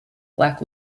black